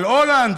על הולנד?